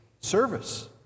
service